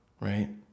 right